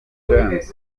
james